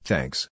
Thanks